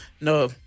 No